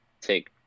take